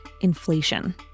inflation